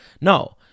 No